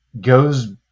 goes